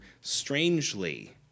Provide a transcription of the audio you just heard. strangely